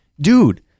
dude